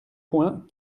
points